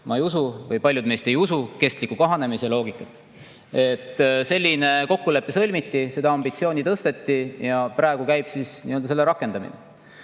Ma ei usu ja üldse paljud meist ei usu kestliku kahanemise loogikat. Selline kokkulepe sõlmiti, seda ambitsiooni tõsteti ja praegu käib selle rakendamine.